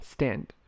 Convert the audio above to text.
Stand